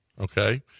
okay